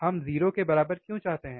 हम 0 के बराबर क्यों चाहते हैं